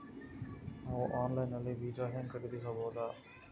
ನಾವು ಆನ್ಲೈನ್ ನಲ್ಲಿ ಬೀಜ ಹೆಂಗ ಖರೀದಿಸಬೋದ?